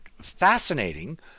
fascinating